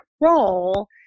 role